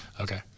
Okay